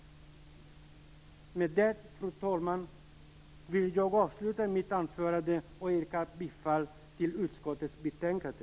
Med det, fru talman, vill jag avsluta mitt anförande och yrka bifall till hemställan i utskottets betänkande.